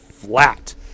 Flat